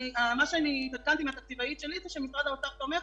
מה שהתעדכנתי מהתקציבאית שלי זה שמשרד האוצר תומך,